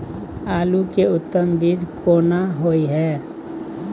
आलू के उत्तम बीज कोन होय है?